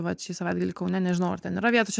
vat šį savaitgalį kaune nežinau ar ten yra vietos